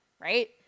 right